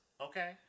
okay